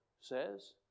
says